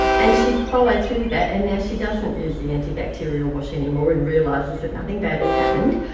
and she followed through with that and now she doesn't use the antibacterial wash anymore and realises that nothing bad has happened.